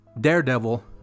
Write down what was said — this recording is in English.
daredevil